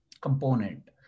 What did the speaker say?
component